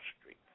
Street